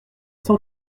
cent